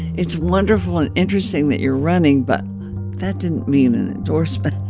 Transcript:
it's wonderful and interesting that you're running, but that didn't mean an endorsement